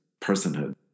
personhood